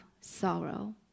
sorrow